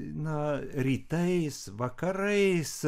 na rytais vakarais